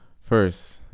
First